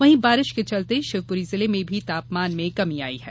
वहीं बारिश के चलते शिवपूरी जिले में भी तापमान में कमी आई है